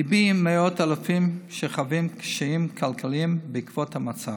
ליבי עם מאות אלפים שחווים קשיים כלכליים בעקבות המצב.